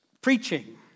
Preaching